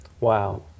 Wow